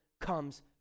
comes